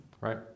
right